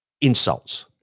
insults